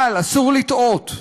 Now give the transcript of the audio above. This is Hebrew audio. אבל אסור לטעות,